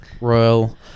Royal